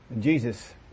Jesus